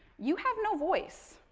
you have no voice,